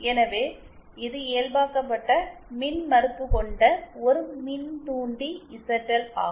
எனவே இது இயல்பாக்கப்பட்ட மின்மறுப்பு கொண்ட ஒரு மின்தூண்டி இசட்எல் ஆகும்